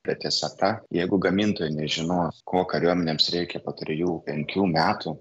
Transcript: bet tiesa ta jeigu gamintojai nežinos ko kariuomenėms reikia po trijų penkių metų